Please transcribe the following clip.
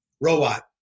Robot